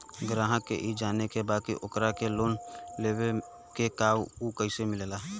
ग्राहक के ई जाने के बा की ओकरा के लोन लेवे के बा ऊ कैसे मिलेला?